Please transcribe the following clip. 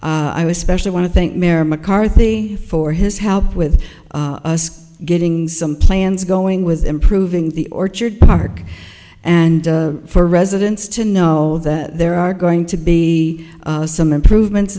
was specially want to thank mayor mccarthy for his help with us getting some plans going with improving the orchard park and for residents to know that there are going to be some improvements